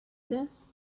this